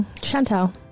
Chantal